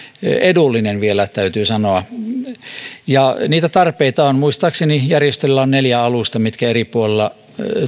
edullinen vielä täytyy sanoa niitä tarpeita on muistaakseni järjestöllä on neljä alusta mitkä eri puolilla